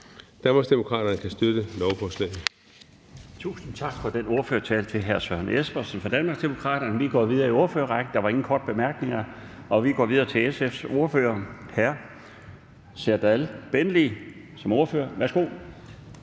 Danmarksdemokraterne kan støtte lovforslaget.